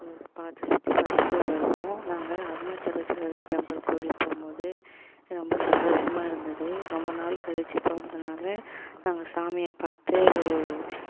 சு பார்த்து சுற்றி பார்த்துட்டு வருவோம் நாங்கள் அருணாச்சலேஸ்வரர் டெம்பிள் கோவிலுக்கு போகும் போது ரொம்ப சந்தோஷமாக இருந்துது ரொம்ப நாள் கழித்து போகிறதுனால நாங்கள் சாமியை பார்த்து